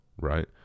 right